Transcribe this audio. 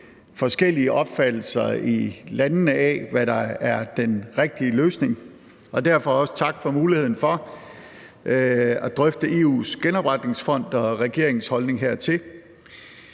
forskellige opfattelser i landene af, hvad der er den rigtige løsning. Derfor også tak for muligheden for at drøfte EU's genopretningsfond og regeringens holdning hertil.